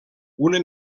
una